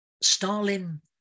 Stalin